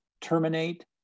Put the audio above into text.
terminate